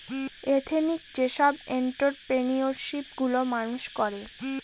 ethnic যেসব entrepreneurship গুলো মানুষ করে